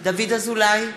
דוד אזולאי,